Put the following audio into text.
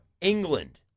England